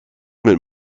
mit